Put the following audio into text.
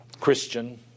Christian